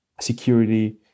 security